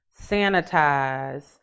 sanitize